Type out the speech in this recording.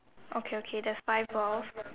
okay okay there's five balls